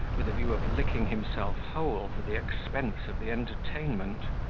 with a view of licking himself whole for the expense of the entertainment.